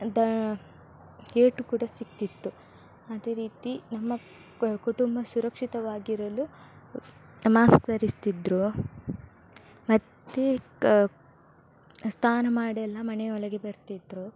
the ಏಟು ಕೂಡ ಸಿಕ್ತಿತ್ತು ಅದೇ ರೀತಿ ನಮ್ಮ ಕುಟುಂಬ ಸುರಕ್ಷಿತವಾಗಿರಲು ಮಾಸ್ಕ್ ಧರಿಸ್ತಿದ್ದರು ಮತ್ತೆ ಕ ಸ್ನಾನ ಮಾಡೆಲ್ಲ ಮನೆಯೊಳಗೆ ಬರ್ತಿದ್ದರು